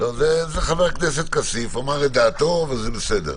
חבר הכנת כסיף אמר את דעתו וזה בסדר.